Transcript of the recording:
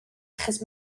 achos